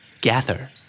gather